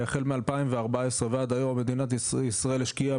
החל מ-2014 ועד היום מדינת ישראל השקיעה